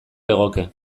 legoke